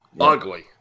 Ugly